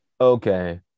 okay